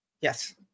Yes